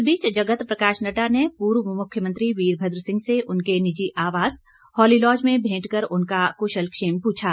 इस बीच जगत प्रकाश नड्डा ने पूर्व मुख्यमंत्री वीरभद्र सिंह से उनके निजी आवास हौलीलॉज में भेंट कर उनका क्शल क्षेम पूछा